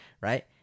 right